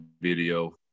video